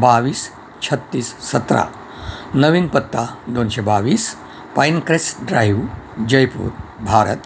बावीस छत्तीस सतरा नवीन पत्ता दोनशे बावीस पाईनक्रेस्ट ड्राईव्ह जयपूर भारत